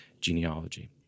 genealogy